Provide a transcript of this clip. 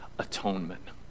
atonement